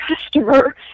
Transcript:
customer